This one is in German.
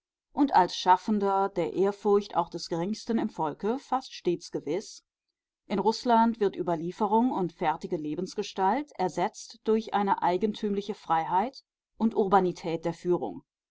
und als schaffender der ehrfurcht auch des geringsten im volke fast stets gewiß in rußland wird überlieferung und fertige lebensgestalt ersetzt durch eine eigentümliche freiheit und urbanität der führung